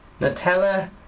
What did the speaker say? Nutella